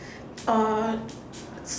uh